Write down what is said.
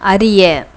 அறிய